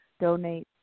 donate